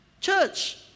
Church